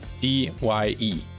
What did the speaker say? D-Y-E